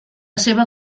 seva